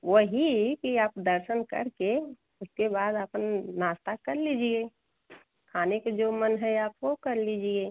वही कि आप दर्शन कर के उसके बाद अपन नाश्ता कर लीजिए खाने के जो मन है आप वह कर लीजिए